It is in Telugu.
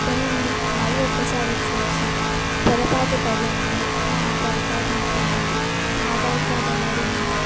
దీన్ని మరొక్కసారి చూసి పొరపాటుపడి ఉంటే నా ఆధార్ కార్డ్ నాకు ఇవ్వండి ఆధార్ కార్డ్ అనేది మా హక్కు